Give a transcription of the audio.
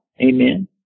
Amen